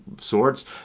sorts